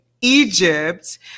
Egypt